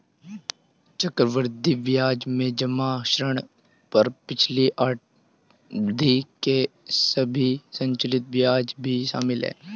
चक्रवृद्धि ब्याज में जमा ऋण पर पिछली अवधि के सभी संचित ब्याज भी शामिल हैं